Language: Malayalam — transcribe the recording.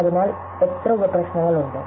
അതിനാൽ എത്ര ഉപപ്രശ്നങ്ങൾ ഉണ്ട്